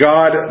God